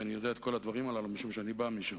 ואני יודע את כל הדברים הללו משום שאני בא משם,